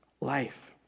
life